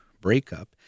breakup